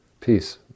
peace